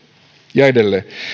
ja edelleen